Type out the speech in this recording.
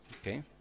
Okay